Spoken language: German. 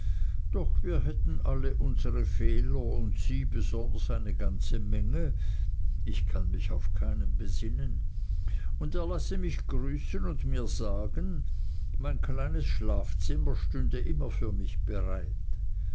doch wir hätten alle unsere fehler und sie besonders eine ganze menge ich kann mich auf keinen besinnen und er lasse mich grüßen und mir sagen mein kleines schlafzimmer stünde immer für mich bereit